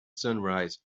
sunrise